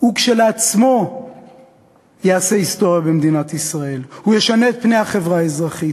הוא כשלעצמו יעשה היסטוריה במדינת ישראל וישנה את פני החברה האזרחית.